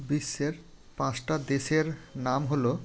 বিশ্বের পাঁচটা দেশের নাম হলো